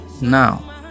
Now